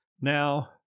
now